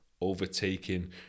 overtaking